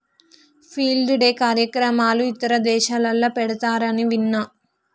field day కార్యక్రమాలు ఇతర దేశాలల్ల పెడతారని విన్న